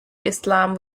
islam